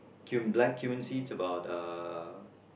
cum~ black cumin seeds about uh